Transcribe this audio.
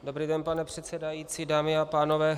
Dobrý den, pane předsedající, dámy a pánové.